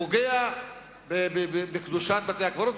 ופוגע בקדושת בתי-הקברות,